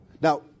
Now